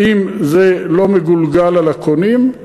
האם זה לא מגולגל על הקונים?